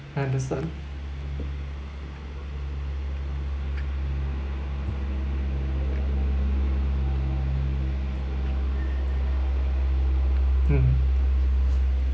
I understand mm